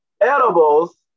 edibles